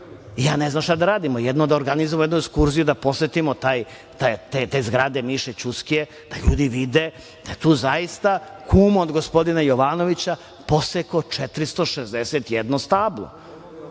Ja ne znam šta da radimo. Jedino da organizujemo jednu ekskurziju i da posetimo te zgrade Miše Ćuskije i da ljudi vide da je zaista tu kum od gospodina Jovanovića posekao 461 stablo.